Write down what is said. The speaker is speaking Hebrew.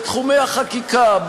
בתחומי החקיקה,